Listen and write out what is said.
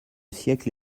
siècle